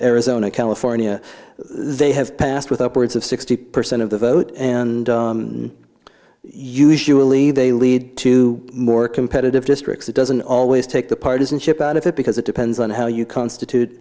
arizona california they have passed with upwards of sixty percent of the vote and usually they lead to more competitive districts it doesn't always take the partisanship out of it because it depends on how you constitute